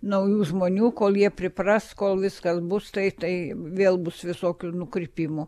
naujų žmonių kol jie pripras kol viskas bus tai tai vėl bus visokių nukrypimų